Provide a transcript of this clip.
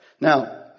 Now